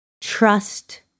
trust